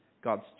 God's